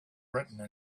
written